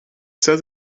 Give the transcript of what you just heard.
says